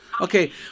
Okay